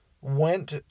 went